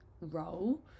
role